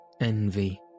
envy